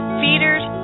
feeders